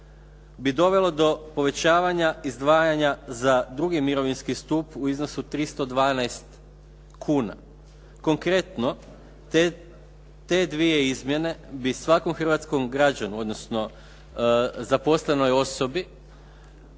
bi dovelo do povećavanja izdvajanja za drugi mirovinski stup u iznosu 312 kuna. Konkretno, te dvije izmjene bi svakom hrvatskom građaninu odnosno zaposlenoj osobi